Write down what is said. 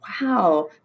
Wow